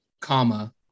comma